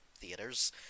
theaters